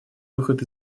выход